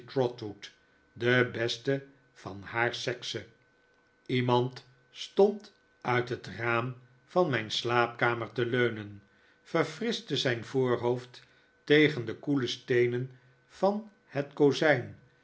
de beste van haar sekse iemand stond uit het raam van mijn slaapkamer te leunen verfrischte zijn voorhoofd tegen de koele steenen van het kozijn